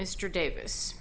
mr davis